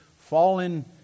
fallen